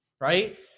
right